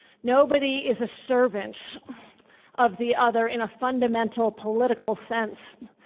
nobody is a servant of the other in a fundamental political sense.